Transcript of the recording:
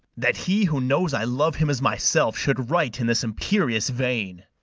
that he, who knows i love him as myself, should write in this imperious vein.